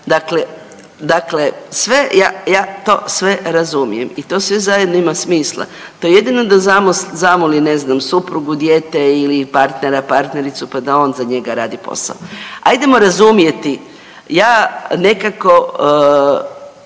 Dakle, ja to sve razumijem i to sve zajedno ima smisla. To jedino da znamo li suprugu, dijete ili partnera, partnericu pa da on za njega radi posao. Hajdemo razumjeti, ja nekako